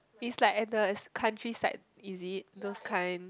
is like at the is countryside is it those kind